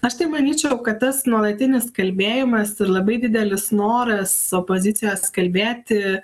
aš tai manyčiau kad tas nuolatinis kalbėjimas ir labai didelis noras opozicijos kalbėti